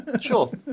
sure